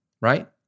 right